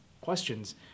questions